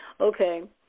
Okay